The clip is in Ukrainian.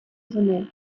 вони